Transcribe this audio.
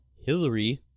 Hillary